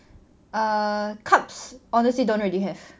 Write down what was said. err cups honestly don't really have